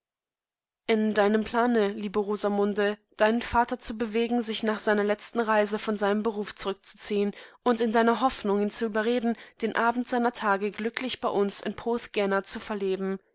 in deinem plane liebe rosamunde deinen vater zu bewegen sich nach seiner letzten reise von seinem beruf zurückzuziehen und in deiner hoffnung ihn zu überreden den abend seiner tage glücklich bei uns in porthgenna zu verleben